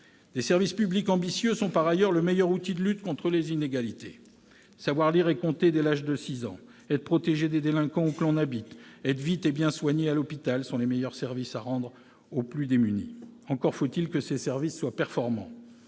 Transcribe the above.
Des services publics ambitieux sont, par ailleurs, le meilleur outil de lutte contre les inégalités. Savoir lire et compter dès l'âge de six ans, être protégé des délinquants où que l'on habite, être vite et bien soigné à l'hôpital sont les meilleurs services à rendre aux plus démunis. Encore faut-il que ces services soient performants.